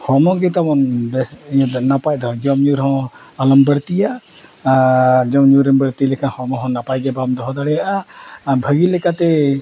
ᱦᱚᱲᱢᱚ ᱜᱮ ᱛᱟᱵᱚᱱ ᱵᱮᱥ ᱤᱭᱟᱹᱛᱮ ᱱᱟᱯᱟᱭ ᱫᱚᱦᱚ ᱡᱚᱢᱼᱧᱩ ᱨᱮᱦᱚᱸ ᱟᱞᱚᱢ ᱵᱟᱹᱲᱛᱤᱭᱟ ᱟᱨ ᱡᱚᱢᱼᱧᱩᱨᱮᱢ ᱵᱟᱹᱲᱛᱤ ᱞᱮᱠᱷᱟᱱ ᱦᱚᱲᱢᱚ ᱱᱟᱯᱟᱭ ᱜᱮ ᱵᱟᱢ ᱫᱚᱦᱚ ᱫᱟᱲᱮᱭᱟᱜᱼᱟ ᱵᱷᱟᱜᱮ ᱞᱮᱠᱟᱛᱮ